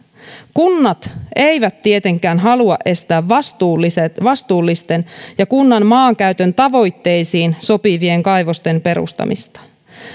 kunnat eivät tietenkään halua estää vastuullisten ja kunnan maankäytön tavoitteisiin sopivien kaivosten perustamista